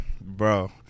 bro